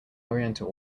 oriental